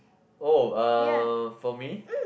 oh uh for me